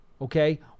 okay